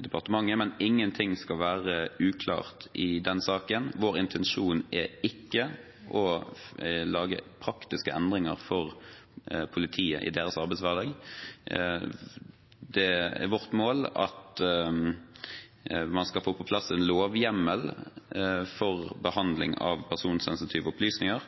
departementet. Men ingenting skal være uklart i den saken. Vår intensjon er ikke å lage praktiske endringer for politiet i deres arbeidshverdag. Det er vårt mål at man skal få på plass en lovhjemmel for behandling av personsensitive opplysninger.